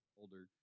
older